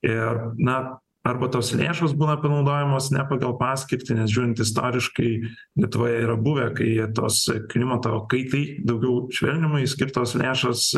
ir na arba tos lėšos būna panaudojamos ne pagal paskirtį nes žiūrint istoriškai lietuvoje yra buvę kai tos klimato kaitai daugiau švelninimui skirtos lėšos